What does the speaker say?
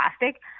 plastic